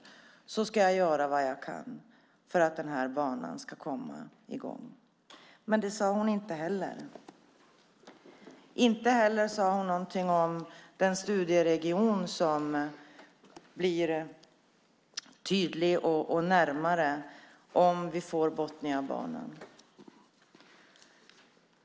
Men det sade hon inte. Inte heller sade hon något om den studieregion som blir tydlig och kommer närmare om vi får Botniabanan.